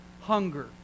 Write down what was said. hunger